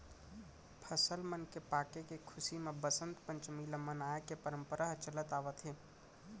फसल मन के पाके के खुसी म बसंत पंचमी ल मनाए के परंपरा ह चलत आवत हे